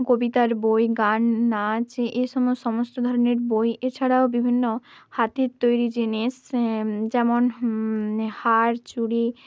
কবিতার বই গান নাচ এ সম সমস্ত ধরনের বই এছাড়াও বিভিন্ন হাতের তৈরি জিনিস যেমন হার চুড়ি